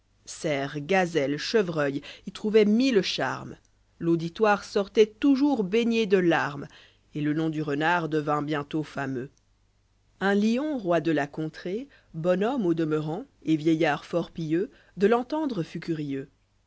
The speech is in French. cerfs gazelles chevreuils y trouvoient mille ch armes j l'auditoire sortoit toujours baigné de larmes et le nom du renard devint bientôt fameux un lion roi de la contrée bon homme au demeurant et vieillard fort pieux de l'entendre fut curieux